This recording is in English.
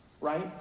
Right